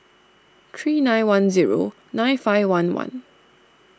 three nine one zero nine five one one